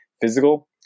physical